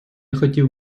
хотів